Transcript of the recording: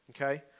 Okay